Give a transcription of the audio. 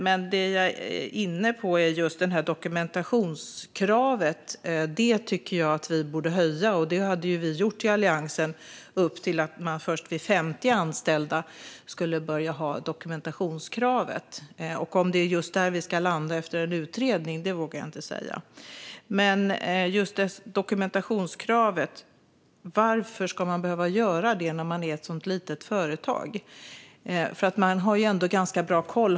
Reservationen gäller just dokumentationskravet. Alliansen införde att det först vid 50 anställda skulle vara krav på dokumentation. Men om det är där vi landar efter en utredning vågar jag inte säga. Varför ska det finnas ett dokumentationskrav på så små företag?